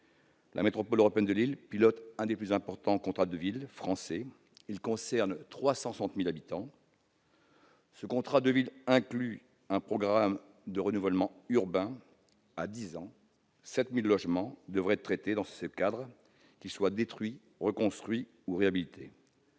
La métropole européenne de Lille pilote l'un des plus importants contrats de ville français. Il concerne 360 000 habitants. Ce contrat de ville inclut un programme de renouvellement urbain à dix ans. Dans ce cadre, 7 000 logements devraient être traités, qu'ils soient détruits, reconstruits ou réhabilités.